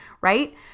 right